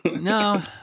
no